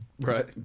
Right